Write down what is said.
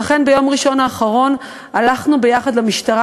ואכן, ביום ראשון האחרון הלכנו ביחד למשטרה.